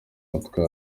mutwe